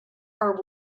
are